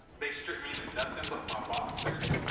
they stripped me in and nothing but my boxers,